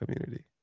community